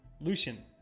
Lucian